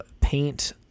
paint